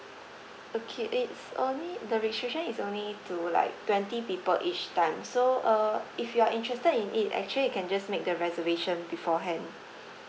okay it's only the restriction is only to like twenty people each time so uh if you are interested in it actually you can just make the reservation beforehand